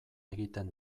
egiten